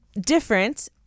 different